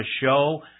show